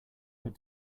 but